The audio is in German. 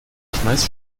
schmeiß